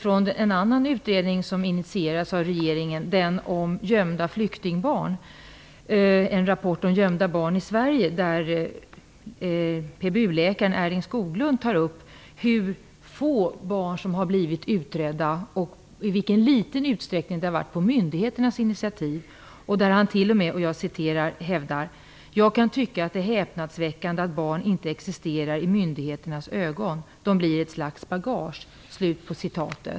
En annan utredning, som har initierats av regeringen och som gäller gömda flyktingbarn, är läkaren Erling Skoglund redogör för hur få barn som har blivit utredda och i vilken liten utsträckning det har skett på myndigheternas initiativ. Han skriver: ''Jag kan tycka att det är häpnadsväckande att barn inte existerar i myndigheternas ögon. De blir ett slags bagage.''